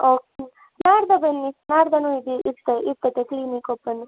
okay ನಾಡಿದ್ದೇ ಬನ್ನಿ ನಾಡಿದ್ದೂನೂ ಇದ್ದೀವಿ ಇರ್ತೆ ಇರ್ತದೆ ಕ್ಲಿನಿಕ್ ಓಪನ್